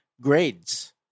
grades